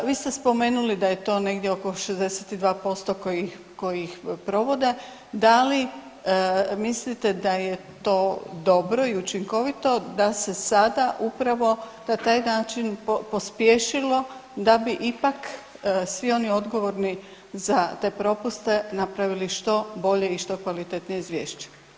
Vi ste spomenuli da je to negdje oko 62% koji ih provode, da li mislite da je to dobro i učinkovito da se sada upravo na taj način pospješilo da bi ipak svi oni odgovorni za te propuste napravili što bolje i što kvalitetnije izvješće?